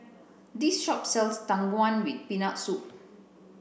this shop sells Tang Wan with peanut soup